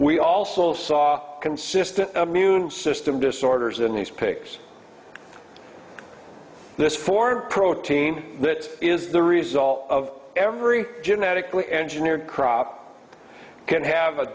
we also saw consistent immune system disorders in these pigs this form protein that is the result of every genetically engineered crop can have a